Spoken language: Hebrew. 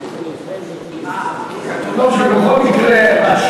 בכל מקרה,